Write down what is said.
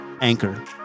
Anchor